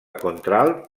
contralt